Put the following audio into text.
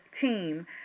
team